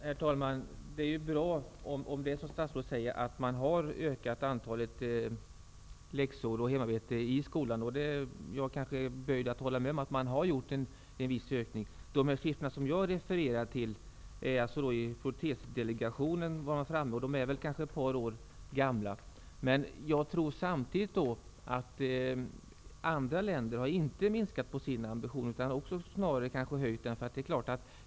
Herr talman! Det är bra om det är som statsrådet säger, dvs. att man har ökat antalet läxor och hemarbetet i skolan. Jag är kanske böjd att hålla med om att det har skett en viss ökning. De siffror som jag refererade till är kanske ett par år gamla. Men jag tror samtidigt att andra länder inte har minskat på sina ambitioner utan snarare höjt dem.